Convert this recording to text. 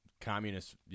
communist